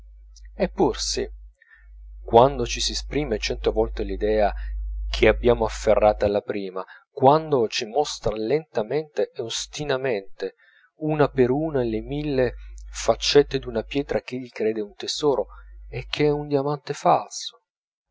eppure sì quando ci esprime cento volte l'idea che abbiamo afferrata alla prima quando ci mostra lentamente e ostinatamente una per una le mille faccette d'una pietra ch'egli crede un tesoro e ch'è un diamante falso